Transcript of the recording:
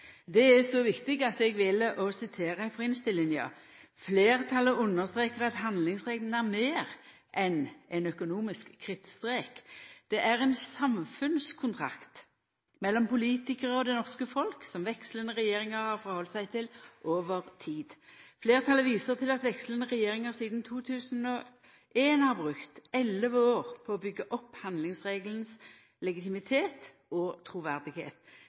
Det er så viktig at eg vil sitere frå innstillinga: «Flertallet understreker at handlingsreglen er mer enn en økonomisk krittstrek. Det er en samfunnskontrakt mellom politikere og det norske folk, som vekslende regjeringer har forholdt seg til over tid. Flertallet viser til at vekslende regjeringer siden 2001 har brukt elleve år på å bygge opp handlingsregelens legitimitet og troverdighet.